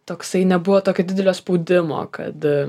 toksai nebuvo tokio didelio spaudimo kad